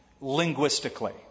linguistically